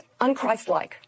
unChristlike